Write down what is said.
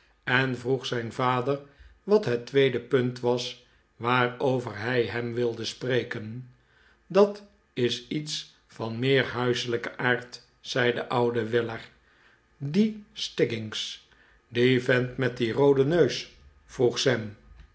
en vroeg zijn vader wat het tweede punt was waarover hij hem wilde spreken dat is iets van meer huiselijken aard zei de oude weller die stiggins dle vent met dien rooden neus vroeg sam